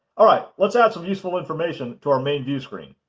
all right, let's add some useful information to our main view screen.